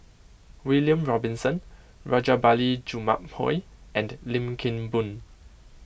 William Robinson Rajabali Jumabhoy and Lim Kim Boon